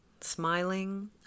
smiling